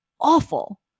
awful